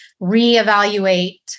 reevaluate